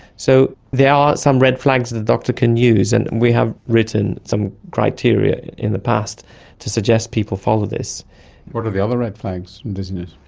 so there are some red flags that the doctor can use, and we have written some criteria in the past to suggest people follow this. what are the other red flags in dizziness?